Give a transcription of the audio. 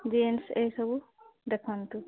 jeans ଏହି ସବୁ ଦେଖନ୍ତୁ